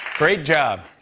great job.